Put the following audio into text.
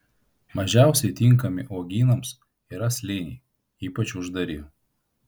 mažiausiai tinkami uogynams yra slėniai ypač uždari